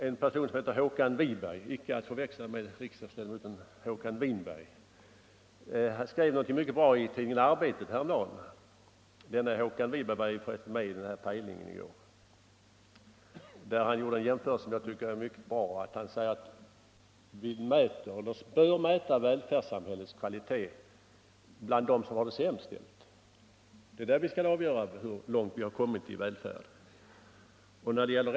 En person som heter Håkan Wiberg och som deltog i TV-programmet Pejling i går — han är icke att förväxla med riksdagsledamoten Håkan Winberg — skrev häromdagen någonting mycket bra i tidningen Arbetet. Han sade där att vi bör mäta välfärdssamhällets kvalitet bland dem som har det sämst ställt. Det är detta som är avgörande för hur långt vi kommit i vår välfärd.